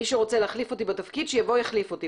מי שרוצה להחליף אותי בתפקיד שיבוא יחליף אותי,